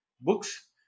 books